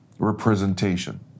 representation